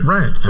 Right